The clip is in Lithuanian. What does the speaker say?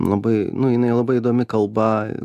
labai nu jinai labai įdomi kalba